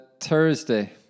Thursday